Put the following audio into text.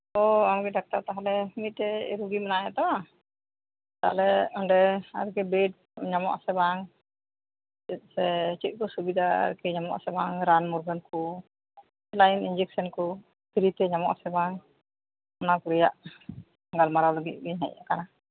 ᱚᱻ ᱟᱢᱜᱮ ᱰᱟᱠᱛᱟᱨ ᱛᱟᱦᱚᱞᱮ ᱢᱤᱫᱴᱮᱱ ᱨᱩᱜᱤ ᱢᱮᱱᱟᱭᱟ ᱛᱚ ᱛᱟᱦᱚ ᱞᱮ ᱚᱸᱰᱮ ᱟᱨ ᱠᱤ ᱵᱮᱰ ᱧᱟᱢᱚᱜᱼᱟ ᱥᱮ ᱵᱟᱝ ᱥᱮ ᱪᱮᱫ ᱠᱚ ᱥᱩᱵᱤᱫᱟ ᱧᱟᱢᱚᱜᱼᱟ ᱥᱮ ᱵᱟᱝ ᱨᱟᱱ ᱢᱩᱨᱜᱟᱹᱱ ᱠᱚ ᱥᱮᱞᱟᱭᱤᱱ ᱤᱧᱡᱮᱥᱮᱱ ᱠᱚ ᱯᱷᱤᱨᱤᱛᱮ ᱧᱟᱢᱚᱜᱼᱟ ᱥᱮ ᱵᱟᱝ ᱚᱱᱟ ᱠᱚ ᱨᱮᱭᱟᱜ ᱜᱟᱞᱢᱟᱨᱟᱣ ᱞᱟᱜᱤᱜ ᱜᱤᱧ ᱦᱮᱡ ᱠᱟᱱᱟ